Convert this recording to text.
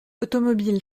automobile